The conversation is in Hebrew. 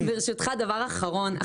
ברשותך, דבר אחרון.